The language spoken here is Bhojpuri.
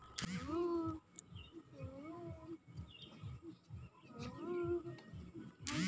बैंकन मे होए वाले चोरी के बैंक फ्राड कहल जाला